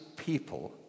people